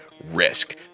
risk